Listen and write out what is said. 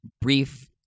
brief